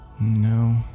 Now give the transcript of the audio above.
No